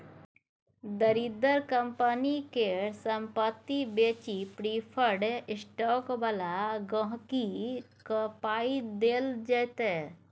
दरिद्र कंपनी केर संपत्ति बेचि प्रिफर्ड स्टॉक बला गांहिकी केँ पाइ देल जेतै